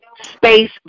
space